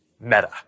Meta